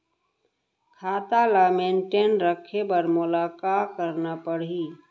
खाता ल मेनटेन रखे बर मोला का करना पड़ही?